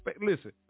listen